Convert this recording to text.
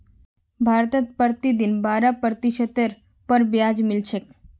भारतत प्रतिदिन बारह प्रतिशतेर पर ब्याज मिल छेक